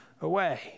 away